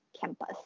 campus